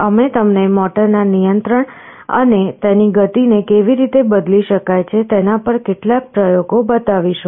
અમે તમને મોટરના નિયંત્રણ અને તેની ગતિને કેવી રીતે બદલી શકાય છે તેના પર કેટલાક પ્રયોગો બતાવીશું